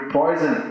poison